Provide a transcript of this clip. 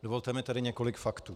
Dovolte mi tedy několik faktů.